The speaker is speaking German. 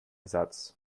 satz